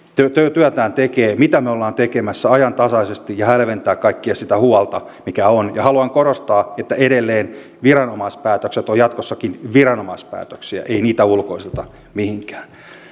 työtään tekevät mitä me olemme tekemässä ajantasaisesti ja hälventää kaikkea sitä huolta mikä on ja haluan korostaa että edelleen viranomaispäätökset ovat jatkossakin viranomaispäätöksiä ei niitä ulkoisteta mihinkään